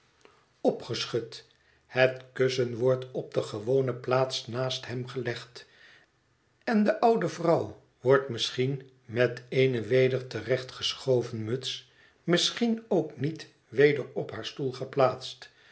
geschud het kussen wordt op de gewone plaats naast hem gelegd en de oude vrouw wordt misschien met eene weder te recht geschoven muts misschien ook niet weder op haar stoel geplaatst